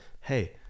hey